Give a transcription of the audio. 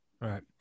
Right